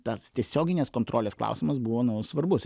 tas tiesioginės kontrolės klausimas buvo nu svarbus